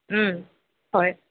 হয়